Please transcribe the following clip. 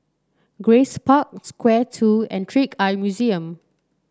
Grace Park Square Two and Trick Eye Museum